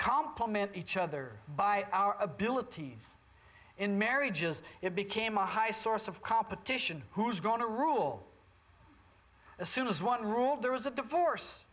compliment each other by our abilities in marriages it became a high source of competition who's going to rule as soon as one rule there was a divorce